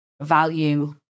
value